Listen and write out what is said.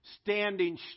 Standing